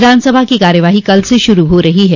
विधानसभा की कार्यवाही कल से शुरू हो रही है